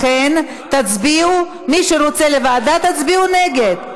לכן, תצביעו, מי שרוצה לוועדה, תצביעו נגד.